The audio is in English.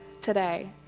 today